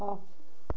off